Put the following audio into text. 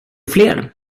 fler